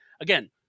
again